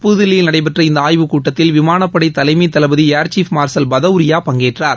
புதுதில்லியில் நடைபெற்ற இந்த ஆய்வுக்கூட்டத்தில் விமாளப்படை தலைமை தளபதி ஏர் சீப் மார்ஷல் பதௌரியா பங்கேற்றார்